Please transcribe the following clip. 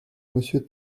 monsieur